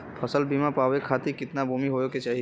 फ़सल बीमा पावे खाती कितना भूमि होवे के चाही?